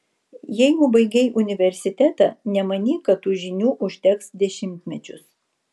jeigu baigei universitetą nemanyk kad tų žinių užteks dešimtmečius